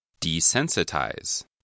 Desensitize